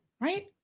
right